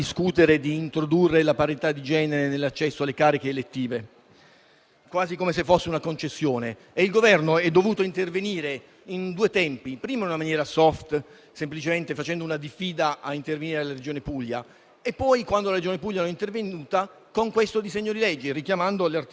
ed economica e promuovono la parità di accesso tra donne e uomini alle cariche elettive. Ma che la responsabilità non sta tutta a destra, perché anche il presidente Emiliano nel 2015, appena eletto, disse che il primo provvedimento sarebbe stato quello di modificare la legge regionale ed introdurre la doppia preferenza di genere;